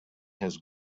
his